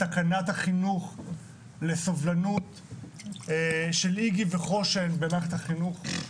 תקנת החינוך לסובלנות של איג"י וחוש"ן במערכת החינוך,